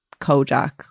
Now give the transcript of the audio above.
Kojak